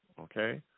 Okay